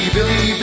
Billy